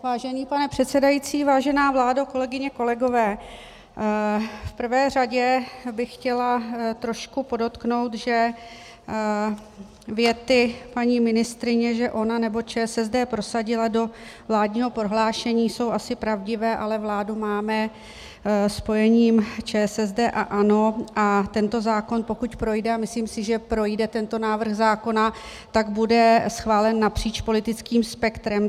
Vážený pane předsedající, vážená vládo, kolegyně, kolegové, v prvé řadě bych chtěla trošku podotknout, že věty paní ministryně, že ona nebo ČSSD prosadila do vládního prohlášení, jsou asi pravdivé, ale vládu máme spojením ČSSD a ANO a tento zákon, pokud projde, a myslím si, že projde tento návrh zákona, tak bude schválen napříč politickým spektrem.